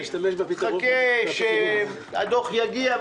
חכה שהדוח יגיע,